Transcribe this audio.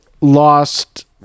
lost